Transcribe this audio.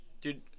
Dude